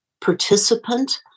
participant